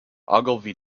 ogilvy